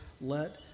let